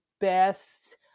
best